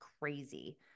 crazy